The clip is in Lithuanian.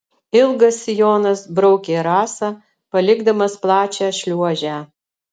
ilgas sijonas braukė rasą palikdamas plačią šliuožę